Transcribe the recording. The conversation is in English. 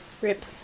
Rip